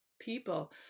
people